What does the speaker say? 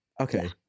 Okay